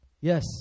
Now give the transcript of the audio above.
Yes